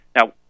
Now